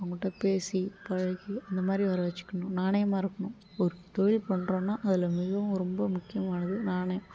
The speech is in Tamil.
அவங்ககிட்ட பேசி பழகி அந்த மாதிரி வர வச்சுக்கணும் நாணயமாக இருக்கணும் ஒரு தொழில் பண்றோன்னால் அதில் மிகவும் ரொம்ப முக்கியமானது நாணயம்